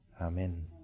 Amen